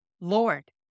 Lord